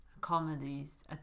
comedies